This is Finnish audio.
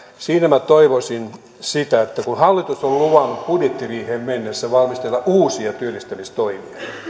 minä toivoisin sitä että kun hallitus on luvannut budjettiriiheen mennessä valmistella uusia työllistämistoimia niin